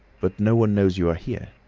but no one knows you are here.